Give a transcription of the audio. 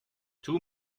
two